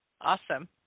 Awesome